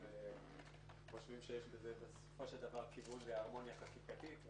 אנחנו חושבים שיש בזה כיוון להרמוניה חקיקתית,